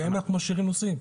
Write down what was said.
גם אם אנחנו משאירים נוסעים.